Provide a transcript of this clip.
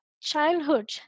childhood